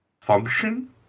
function